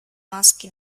maschi